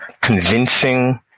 convincing